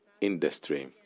industry